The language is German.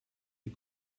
die